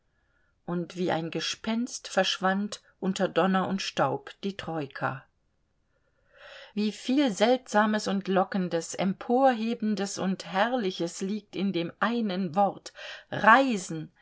und wie ein gespenst verschwand unter donner und staub die troika wieviel seltsames und lockendes emporhebendes und herrliches liegt in dem einen wort reisen